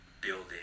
building